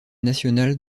nationale